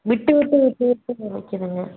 விட்டு விட்டு விட்டு விட்டு வலிக்கிதுங்க